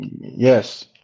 yes